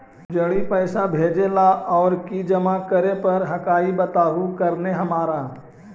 जड़ी पैसा भेजे ला और की जमा करे पर हक्काई बताहु करने हमारा?